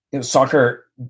soccer